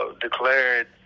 declared